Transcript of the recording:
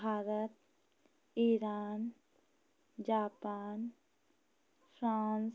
Bharat Iran Japan France